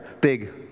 big